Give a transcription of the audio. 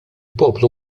poplu